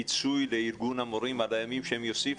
פיצוי לארגון המורים על הימים שהם יוסיפו?